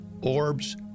orbs